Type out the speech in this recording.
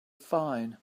fine